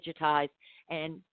digitized—and